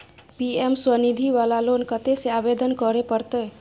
PM Svanidhi वाला loan कत्ते से आवेदन करे परतै?